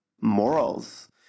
morals